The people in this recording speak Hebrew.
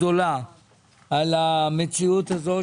אני מביע התנצלות גדולה על המציאות הזאת,